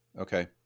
Okay